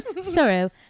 Sorrow